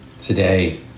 today